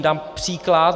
Dám příklad.